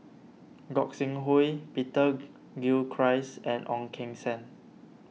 Gog Sing Hooi Peter Gilchrist and Ong Keng Sen